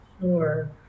Sure